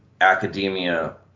academia